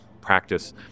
practice